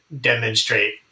demonstrate